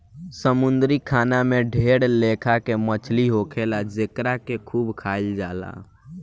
समुंद्री खाना में ढेर लेखा के मछली होखेले जेकरा के खूब खाइल जाला